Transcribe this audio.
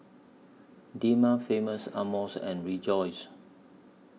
Dilmah Famous Amos and Rejoice